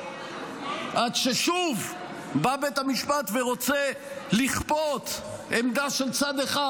עד ששוב בא בית המשפט ורוצה לכפות עמדה של צד אחד.